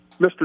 Mr